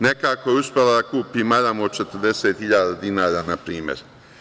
Nekako je uspela da kupi maramu od 40.000 dinara, na primer.